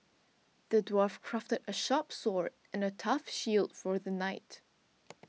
the dwarf crafted a sharp sword and a tough shield for the knight